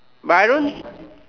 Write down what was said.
but I don't